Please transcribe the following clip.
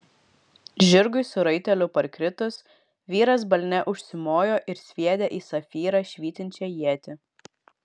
žirgui su raiteliu parkritus vyras balne užsimojo ir sviedė į safyrą švytinčią ietį